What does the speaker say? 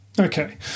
Okay